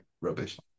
rubbish